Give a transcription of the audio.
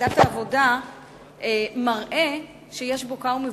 בוועדת העבודה מראה שיש בוקה ומבולקה.